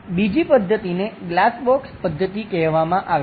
બીજી પદ્ધતિને glass box પદ્ધતિ કહેવામાં આવે છે